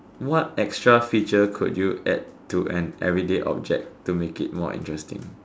what extra feature could you add to an everyday object to make it more interesting